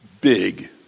big